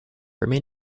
remain